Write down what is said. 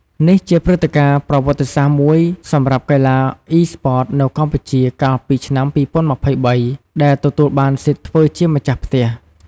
នេះជាព្រឹត្តិការណ៍ប្រវត្តិសាស្ត្រមួយសម្រាប់កីឡា Esports នៅកម្ពុជាកាលពីឆ្នាំ ២០២៣ ដែលទទួលបានសិទ្ធធ្វើជាម្ចាស់ផ្ទះ។